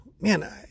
Man